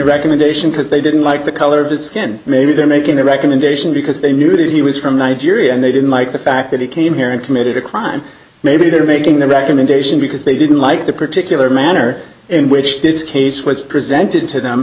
recommendation because they didn't like the color of his skin maybe they're making a recommendation because they knew that he was from nigeria and they didn't like the fact that he came here and committed a crime maybe they're making the recommendation because they didn't like the particular manner in which this case was presented to them